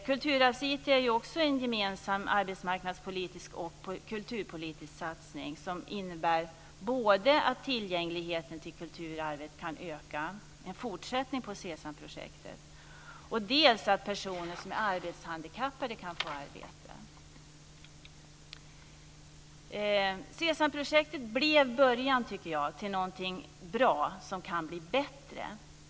Kulturarvs-IT är också en gemensam arbetsmarknadspolitisk och kulturpolitisk satsning, som innebär både att tillgängligheten till kulturarvet kan fortsätta att öka och att personer som är arbetshandikappade kan få arbete. SESAM-projektet blev början, tycker jag, till någonting bra som kan bli bättre.